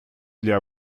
для